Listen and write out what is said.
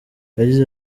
yagize